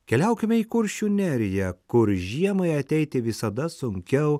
keliaukime į kuršių neriją kur žiemai ateiti visada sunkiau